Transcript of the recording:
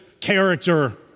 character